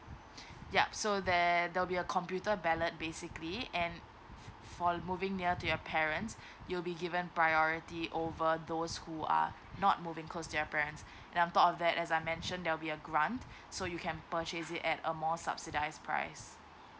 yup so there there will be a computer ballot basically and f~ for moving near to your parents you'll be given priority over those who are not moving close their parents there are thought of that as I mentioned there'll be a grant so you can purchase it at a more subsidise price